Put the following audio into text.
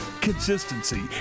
consistency